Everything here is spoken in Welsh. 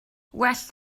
well